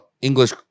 English